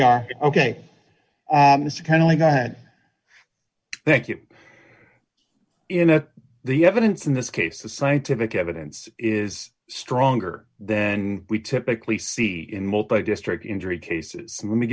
you are ok it's kind of like that thank you in that the evidence in this case the scientific evidence is stronger then we typically see in multi day strict injury cases let me